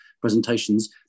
presentations